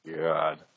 God